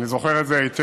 אני זוכר את זה היטב,